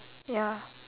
ya